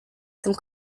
some